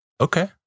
okay